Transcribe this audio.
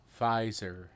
Pfizer